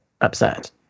upset